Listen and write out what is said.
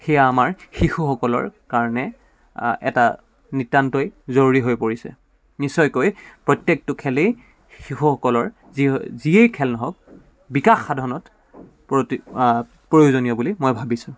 সেয়া আমাৰ শিশুসকলৰ কাৰণে এটা নিতান্তই জৰুৰী হৈ পৰিছে নিশ্চয়কৈ প্ৰত্যেকটো খেলেই শিশুসকলৰ যি যিয়েই খেল নহওক বিকাশ সাধনত প্ৰতি প্ৰয়োজনীয় বুলি মই ভাবিছোঁ